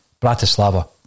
Bratislava